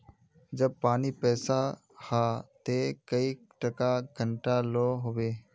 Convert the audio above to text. जब पानी पैसा हाँ ते कई टका घंटा लो होबे?